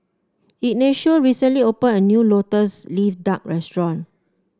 Ignacio recently opened a new lotus leaf duck restaurant